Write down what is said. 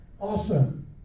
awesome